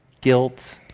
guilt